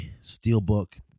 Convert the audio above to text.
Steelbook